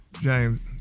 James